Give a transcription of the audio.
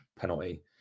penalty